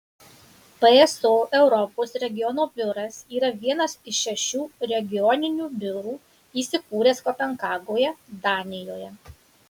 pso europos regiono biuras yra vienas iš šešių regioninių biurų įsikūręs kopenhagoje danijoje